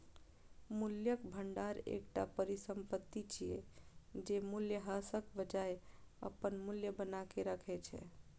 मूल्यक भंडार एकटा परिसंपत्ति छियै, जे मूल्यह्रासक बजाय अपन मूल्य बनाके राखै छै